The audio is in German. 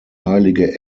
heilige